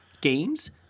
games